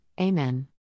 Amen